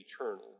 eternal